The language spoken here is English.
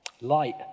Light